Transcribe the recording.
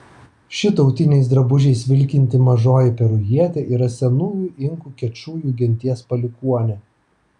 ši tautiniais drabužiais vilkinti mažoji perujietė yra senųjų inkų kečujų genties palikuonė